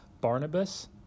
Barnabas